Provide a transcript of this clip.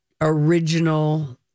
original